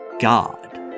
God